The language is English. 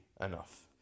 enough